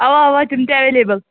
اَوا اَوا تِم تہِ ایوٚیلیبٕل